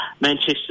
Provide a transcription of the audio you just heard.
Manchester